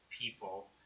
people